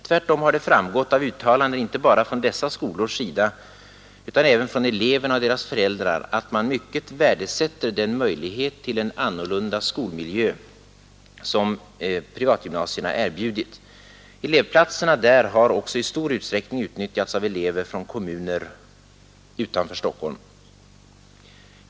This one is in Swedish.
Tvärtom har det framgått av uttalanden inte bara från dessa skolors sida utan även från eleverna och deras föräldrar att man mycket värdesätter den möjlighet till en annorlunda skolmiljö som privatgymnasierna erbjudit. Elevplatserna där har också i stor utsträckning utnyttjats av elever från kommuner utanför Stockholm.